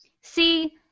See